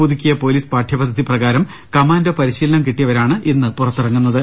പുതുക്കിയ പോലീസ് പാഠ്യപ ദ്ധതി പ്രകാരം കമാൻഡോ പരിശീലനം കിട്ടിയവരാണ് ഇന്ന് പുറത്തിറങ്ങുന്ന ത്